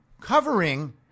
covering